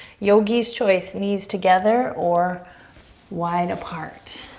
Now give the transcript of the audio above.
yogi's choice, knees together or wide apart.